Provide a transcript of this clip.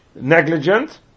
negligent